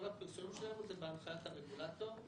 כל הפרסומים שלנו הם בהנחיית הרגולטור,